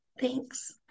Thanks